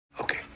Okay